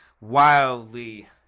wildly